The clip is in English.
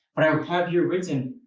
but i um have here written,